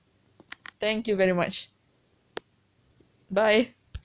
thank you very much bye